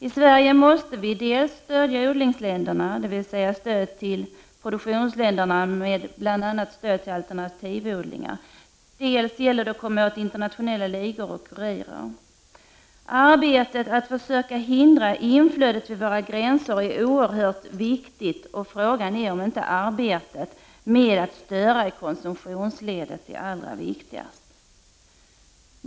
I Sverige måste vi stödja odlingsländerna, dvs. ge stöd till produktionsländerna till bl.a. alternativodlingar. Det gäller också att komma åt internationella ligor och kurirer. Arbetet med att försöka hindra inflödet vid våra gränser är oerhört viktigt. Frågan är dock om inte arbetet med att störa i konsumtionsledet är allra viktigast.